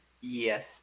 Yes